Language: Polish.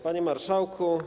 Panie Marszałku!